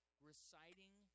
Reciting